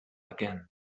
again